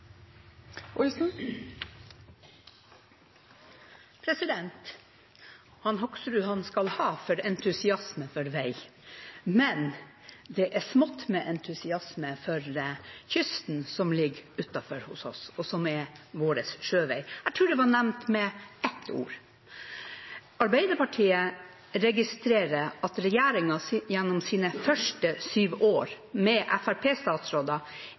forslagene han refererte til. Det blir replikkordskifte. Hoksrud skal ha for entusiasme for vei, men det er smått med entusiasme for kysten, som ligger utenfor hos oss, og som er vår sjøvei. Jeg tror det var nevnt med ett ord. Arbeiderpartiet registrerer at regjeringen gjennom sine første sju år med